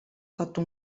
fatto